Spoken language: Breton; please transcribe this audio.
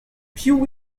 piv